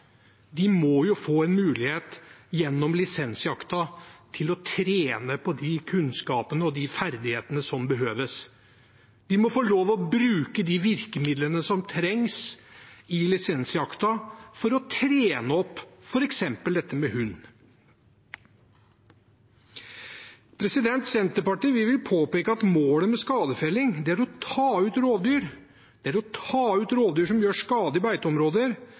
må få en mulighet gjennom lisensjakta til å trene på de kunnskapene og de ferdighetene som behøves. De må få lov til å bruke de virkemidlene som trengs, i lisensjakta for å trene opp f.eks. dette med hund. Senterpartiet vil påpeke at målet med skadefelling er å ta ut rovdyr som gjør skade i beiteområder, og at dette gjøres så raskt som